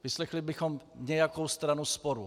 Vyslechli bychom nějakou stranu sporu.